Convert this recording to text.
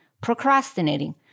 procrastinating